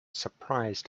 surprised